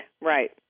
right